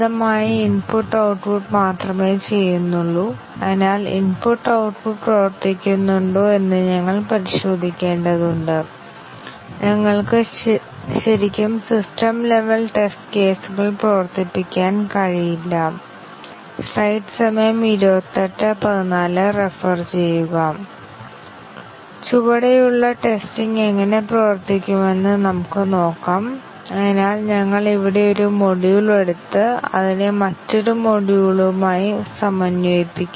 അതിനാൽ ഈ മ്യൂട്ടേഷൻ ടെസ്റ്റിന്റെ ഒരു ഗുണം മ്യൂട്ടേറ്റ് ചെയ്ത പ്രോഗ്രാമിന്റെ ജനറേഷൻ ചെറിയ മാറ്റങ്ങൾ വരുത്തുന്നു കൂടാതെ എല്ലാ ടെസ്റ്റ് കേസുകളും പ്രവർത്തിപ്പിക്കുന്നു രണ്ടും വളരെ എളുപ്പത്തിൽ ഓട്ടോമേറ്റഡ് ആകാം അതിനാൽ ധാരാളം മ്യൂട്ടന്റുകൾ അല്ലെങ്കിൽ മറ്റെന്തെങ്കിലും സൃഷ്ടിക്കാൻ കഴിയുമെങ്കിലും അതായത് നമുക്ക് പതിനായിരക്കണക്കിന് അല്ലെങ്കിൽ നൂറുകണക്കിന് മ്യൂട്ടേറ്റ് ചെയ്ത പ്രോഗ്രാമുകൾ ഉണ്ടെങ്കിലും അത് ഒരു പ്രശ്നമല്ല